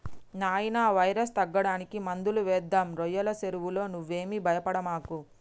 నాయినా వైరస్ తగ్గడానికి మందులు వేద్దాం రోయ్యల సెరువులో నువ్వేమీ భయపడమాకు